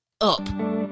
up